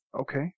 Okay